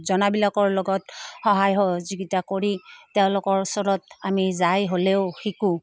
জনাবিলাকৰ লগত সহায় সহযোগিতা কৰি তেওঁলোকৰ ওচৰত আমি যাই হ'লেও শিকোঁ